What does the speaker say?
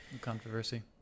controversy